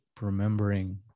remembering